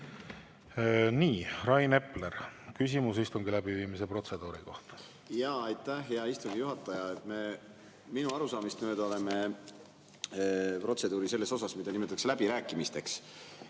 Nii. Rain Epler, küsimus istungi läbiviimise protseduuri kohta. Aitäh, hea istungi juhataja! Minu arusaamist mööda oleme protseduuri selles osas, mida nimetatakse läbirääkimisteks.